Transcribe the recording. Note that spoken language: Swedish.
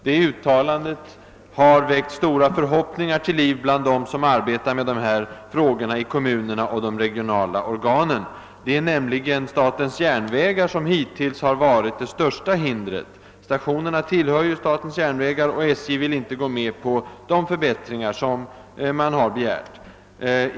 Det uttalandet har väckt stora förhoppningar bland dem som arbetar med de här frågorna i kommunerna och i de regionala organen. Det är nämligen statens järnvägar som hittills varit det största hindret. Stationerna tillhör ju statens järnvägar och SJ vill inte gå med på de förbättringar man har begärt.